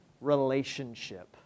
relationship